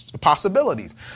possibilities